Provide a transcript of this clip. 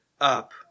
up